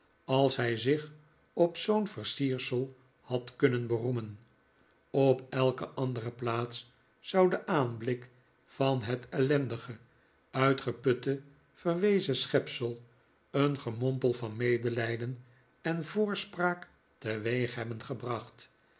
als hij zich op zoo'n versiersel had kunnen beroemen op elke andere plaats zou de aanblik van het ellendige uitgeputte verwezen schepsel een gemompel van medelijden en voorspraak teweeg hebben gebracht